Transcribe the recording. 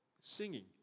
singing